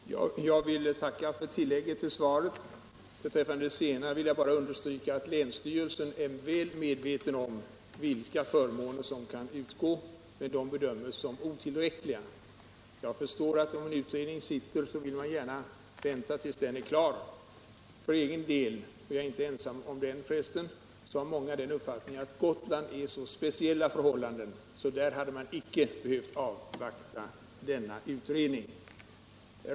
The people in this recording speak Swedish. Herr talman! Jag vill tacka för tillägget till svaret. Min kommentar är, att länsstyrelsen torde vara väl medveten om vilka förmåner som kan utgå, men att länsstyrelsen bedömer dem som otillräckliga. Jag förstår att om en utredning arbetar så vill man gärna vänta tills den är klar. För egen del har jag emellertid den uppfattningen — och den delas förresten av många — att Gotland har så speciella förhållanden att man där icke hade behövt avvakta denna utredning.